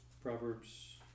Proverbs